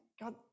God